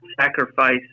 sacrifice